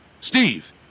Steve